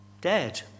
dead